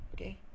Okay